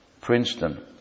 Princeton